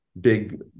big